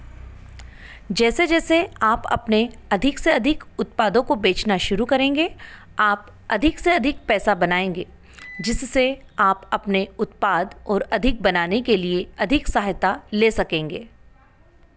जैसे जैसे आप अपने अधिक से अधिक उत्पादों को बेचना शुरू करेंगे आप अधिक से अधिक पैसा बनाएँगे जिससे आप अपने उत्पाद और अधिक बनाने के लिए अधिक सहायता ले सकेंगे